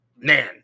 Man